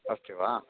अस्ति वा